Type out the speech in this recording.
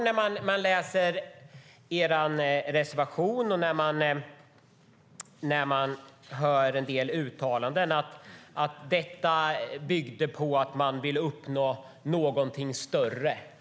När man läser er reservation och hör en del uttalanden förstår man att detta byggde på att man ville uppnå någonting större.